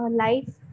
life